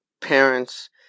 parents